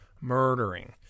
murdering